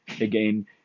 again